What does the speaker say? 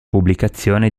pubblicazione